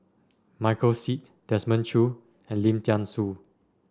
Michael Seet Desmond Choo and Lim Thean Soo